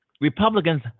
Republicans